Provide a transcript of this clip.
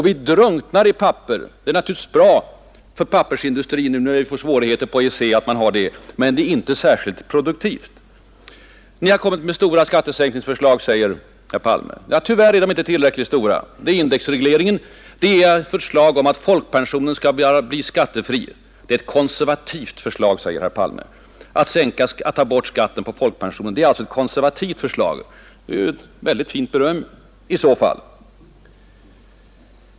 Vi drunknar i papper, vilket naturligtvis är bra för pappersindustrin nu när vi har svårigheter att exportera till EEC-länderna, Men det är inte särskilt produktivt. Vi har kommit med ”stora” skattesänkningsförslag, säger herr Palme, Tyvärr är de inte tillräckligt stora. Det gäller indexreglering, och det är ett förslag om att folkpensionen skall bli skattefri. Det är ett konservativt förslag, säger herr Palme, att ta bort skatten på folkpensionen. I så fall är det ett fint beröm.